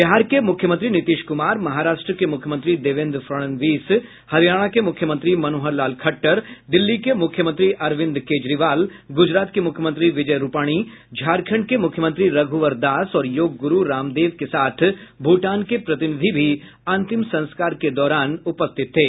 बिहार के मुख्यमंत्री नीतीश कुमार महाराष्ट्र के मुख्यमंत्री देवेन्द्र फडनवीस हरियाणा के मुख्यमंत्री मनोहर लाल खट्टर दिल्ली के मुख्यमंत्री अरविन्द केजरीवाल गुजरात के मुख्यमंत्री विजय रूपाणी झारखंड के मुख्यमंत्री रघुवर दास और योग गुरु रामदेव के साथ भूटान के प्रतिनिधि भी अंतिम संस्कार के दौरान उपस्थित थे